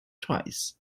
twice